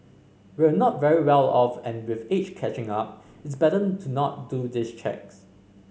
we're not very well off and with age catching up it's better to not do these checks